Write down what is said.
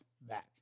back